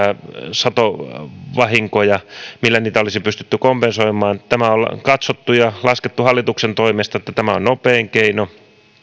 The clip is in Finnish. satovahinkoja olisi pystytty kompensoimaan hallituksen toimesta on katsottu ja laskettu että tämä on nopein keino